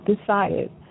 decided